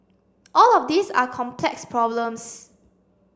all of these are complex problems